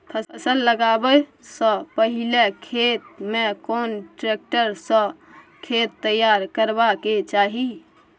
फसल लगाबै स पहिले खेत में कोन ट्रैक्टर स खेत तैयार करबा के चाही?